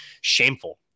shameful